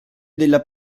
della